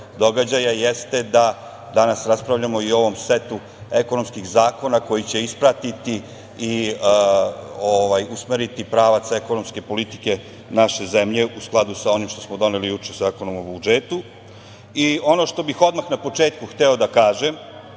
događaja jeste da danas raspravljamo i o ovom setu ekonomskih zakona koji će ispratiti i usmeriti pravac ekonomske politike naše zemlje u skladu sa onim što smo doneli juče Zakonom o budžetu. Ono što bih odmah na početku hteo da kažem